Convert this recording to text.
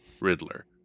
Riddler